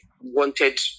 wanted